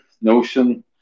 Notion